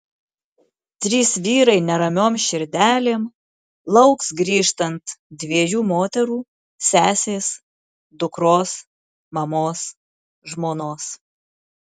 trys vyrai neramiom širdelėm lauks grįžtant dviejų moterų sesės dukros mamos žmonos